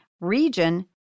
region